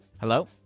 Hello